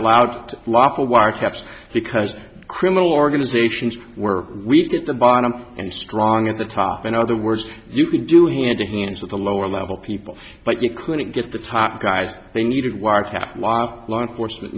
wiretaps because criminal organizations were weak at the bottom and strong at the top in other words you can do had to hands at the lower level people but you couldn't get the top guys they needed wiretap law enforcement